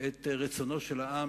את רצונו של העם,